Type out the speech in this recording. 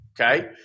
Okay